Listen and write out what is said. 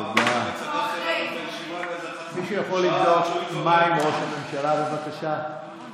פעם אחרונה היה צריך לסגור לנו את הישיבה לאיזה חצי שעה עד